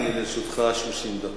לרשותך 30 דקות.